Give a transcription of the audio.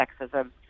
sexism